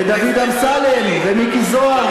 ומיקי זוהר,